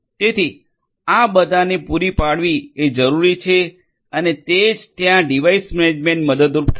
તેથી આ બધાને પૂરી પાડવી એ જરૂરી છે અને તે જ ત્યાં ડિવાઇસ મેનેજમેન્ટ મદદરૂપ થાય છે